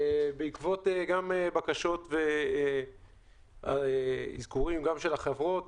בעקבות בקשות ואזכורים של החברות,